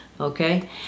Okay